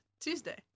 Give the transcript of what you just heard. Tuesday